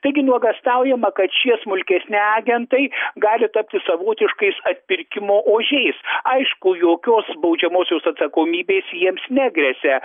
taigi nuogąstaujama kad šie smulkesni agentai gali tapti savotiškais atpirkimo ožiais aišku jokios baudžiamosios atsakomybės jiems negresia